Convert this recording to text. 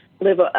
live –